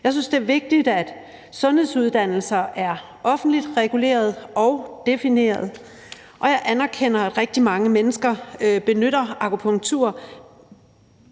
Jeg synes, det er vigtigt, at sundhedsuddannelser er offentligt reguleret og defineret, og jeg anerkender, at rigtig mange mennesker benytter akupunktur;